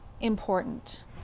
important